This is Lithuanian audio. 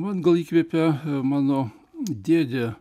man gal įkvepia mano dėdė